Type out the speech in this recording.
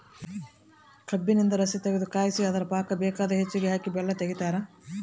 ಕಬ್ಬಿನಿಂದ ರಸತಗೆದು ಕಾಯಿಸಿ ಅದರ ಪಾಕ ಬೇಕಾದ ಹೆಚ್ಚಿಗೆ ಹಾಕಿ ಬೆಲ್ಲ ತೆಗಿತಾರ